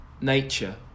nature